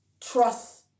trust